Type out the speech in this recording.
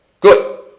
Good